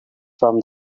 from